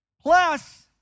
Plus